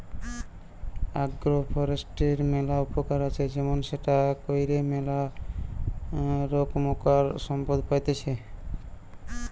agro ফরেষ্ট্রীর ম্যালা উপকার আছে যেমন সেটা কইরে ম্যালা রোকমকার সম্পদ পাইতেছি